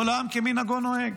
עולם כמנהגו נוהג.